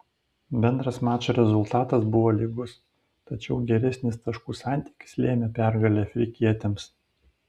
bendras mačo rezultatas buvo lygus tačiau geresnis taškų santykis lėmė pergalę afrikietėms